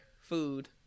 food